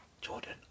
Jordan